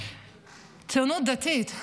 הציונות הדתית,